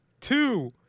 Two